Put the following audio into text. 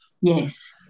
yes